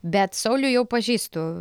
bet saulių jau pažįstu